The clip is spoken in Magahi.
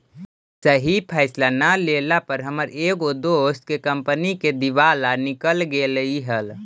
सही फैसला न लेला पर हमर एगो दोस्त के कंपनी के दिवाला निकल गेलई हल